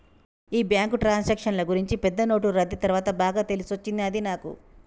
ఈ బ్యాంకు ట్రాన్సాక్షన్ల గూర్చి పెద్ద నోట్లు రద్దీ తర్వాత బాగా తెలిసొచ్చినది నాకు